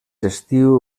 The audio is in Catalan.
estiu